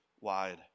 wide